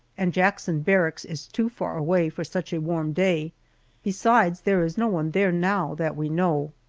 and jackson barracks is too far away for such a warm day besides, there is no one there now that we know.